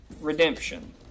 redemption